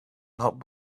not